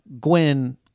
Gwen